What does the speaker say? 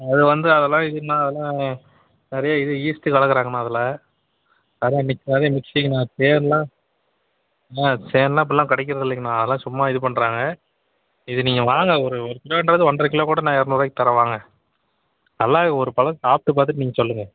அது வந்து அதெல்லாம் இல்லங்கண்ணா அதெல்லாம் நிறைய இது ஈஸ்ட்டு கலக்கிறாங்கண்ணா அதில் அதுதான் இன்றைக்கி நிறையா மிக்ஸிங்ண்ணா தேனெலாம் தேனெலாம் இப்போல்லாம் கிடைக்கிறது இல்லைங்கண்ணா அதெல்லாம் சும்மா இதுப் பண்ணுறாங்க இது நீங்கள் வாங்க ஒரு ஒரு கிலோன்றது ஒன்றரை கிலோ கூட நான் இரநூறுவாக்கி தர்றேன் வாங்க நல்லா ஒரு பழம் சாப்பிட்டு பார்த்துட்டு நீங்கள் சொல்லுங்கள்